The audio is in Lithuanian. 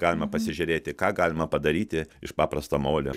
galima pasižiūrėti ką galima padaryti iš paprasto molio